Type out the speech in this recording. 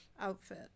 outfit